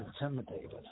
intimidated